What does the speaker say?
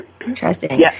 Interesting